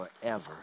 forever